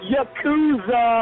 Yakuza